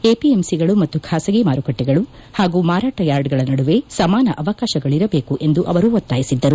ಎಪಿಎಂಸಿಗಳು ಮತ್ತು ಖಾಸಗಿ ಮಾರುಕಟ್ಟೆಗಳು ಪಾಗೂ ಮಾರಾಟ ಯಾರ್ಡಗಳ ನಡುವೆ ಸಮಾನ ಅವಕಾತಗಳಿರಬೇಕು ಎಂದು ಅವರು ಒತ್ತಾಯಿಸಿದ್ದರು